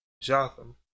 Jotham